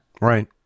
Right